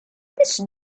this